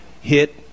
hit